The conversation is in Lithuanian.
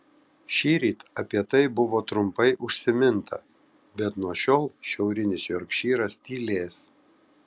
šįryt apie tai buvo trumpai užsiminta bet nuo šiol šiaurinis jorkšyras tylės